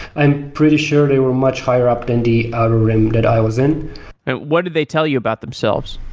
i'm pretty sure they were much higher up than the outer rim that i was in what did they tell you about themselves?